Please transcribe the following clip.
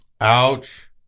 Ouch